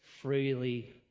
freely